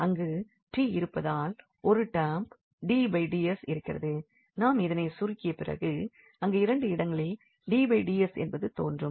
அங்கு t இருப்பதால் ஒரு டேர்ம் dds இருக்கிறது நாம் இதனை சுருக்கிய பிறகு அங்கு இரண்டு இடங்களில் dds என்பது தோன்றும்